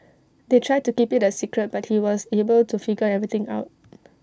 they tried to keep IT A secret but he was able to figure everything out